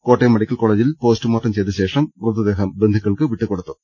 Kottayam medical കോളേജിൽ postmortem ചെയ്ത ശേഷം മൃതദേഹം ബന്ധുക്കൾക്ക് വിട്ടുകൊടുത്തു